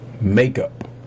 makeup